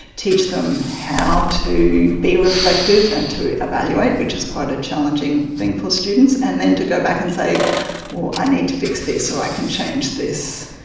teach them how to be reflective and to evaluate, which is quite a challenging thing for students, and then to go back and say i need to fix this or i can change this.